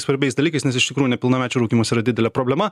svarbiais dalykais nes iš tikrųjų nepilnamečių rūkymas yra didelė problema